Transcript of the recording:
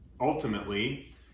Ultimately